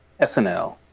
SNL